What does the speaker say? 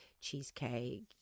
cheesecake